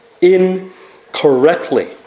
Incorrectly